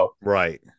Right